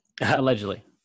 Allegedly